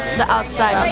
the outside